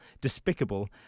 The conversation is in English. despicable